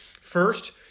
first